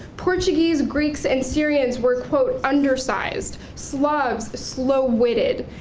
portuguese, greeks, and syrians were quote under-sized, slavs slow-witted.